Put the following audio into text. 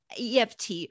EFT